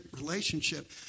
relationship